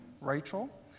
Rachel